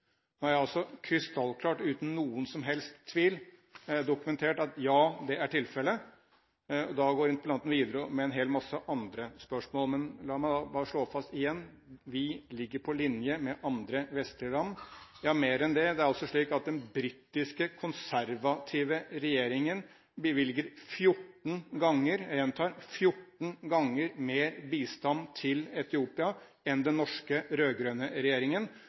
Nå har jeg altså krystallklart, uten noen som helst tvil, dokumentert at ja, det er tilfellet. Da går interpellanten videre med en hel masse andre spørsmål. Men la meg da bare slå fast igjen: Vi ligger på linje med andre vestlige land. Ja, mer enn det, det er altså slik at den britiske konservative regjeringen bevilger 14 ganger – jeg gjentar 14 ganger – mer bistand til Etiopia enn den norske rød-grønne regjeringen.